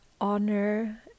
honor